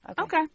Okay